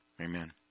Amen